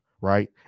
right